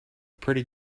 pretty